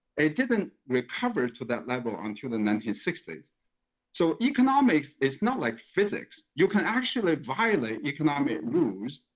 it didn't recover to that level until the nineteen sixty so economics is not like physics. you can actually violate economic rules,